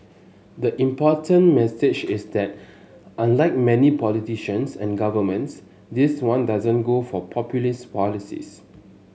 the important message is that unlike many politicians and governments this one doesn't go for populist policies